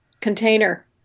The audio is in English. container